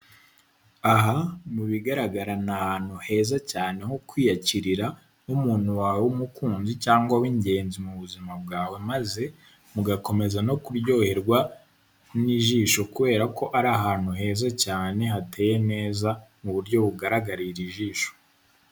Aha mu bigaragara ni ahantu heza cyane ho kwiyakirira nk'umuntu wawe w'umukunzi cyangwa w'ingenzi mu buzima bwawe, maze mugakomeza no kuryoherwa n'ijisho kubera ko ari ahantu heza cyane hateye neza, mu buryo bugaragarira ijisho.